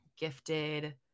gifted